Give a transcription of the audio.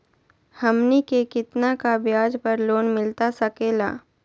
हमनी के कितना का ब्याज पर लोन मिलता सकेला?